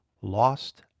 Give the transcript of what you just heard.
Lost